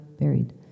buried